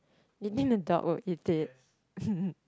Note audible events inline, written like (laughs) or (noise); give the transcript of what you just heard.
you think the dog will eat it (laughs)